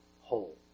whole